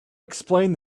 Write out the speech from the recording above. explained